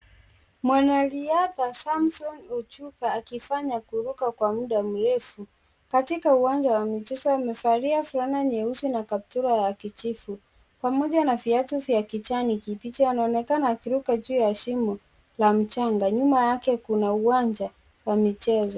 Mwanariadha Samson Ochuka akifanya kuruka kwa muda mrefu katika uwanja wa michezo, amevalia fulana nyeusi na kaptula ya kijivu, pamoja na viatu vya kijani kibichi, anaonekana akiruka juu ya shimo la mchanga, nyuma yake kuna uwanja wa michezo.